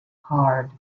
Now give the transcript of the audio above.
hard